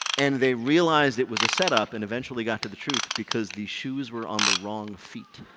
and they realized it was a setup and eventually got to the truth because the shoes were on the wrong feet.